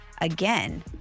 again